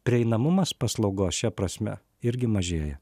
prieinamumas paslaugos šia prasme irgi mažėja